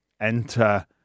enter –